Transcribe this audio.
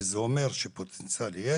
אז זה אומר שפוטנציאל יש.